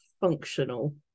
functional